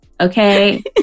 Okay